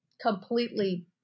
completely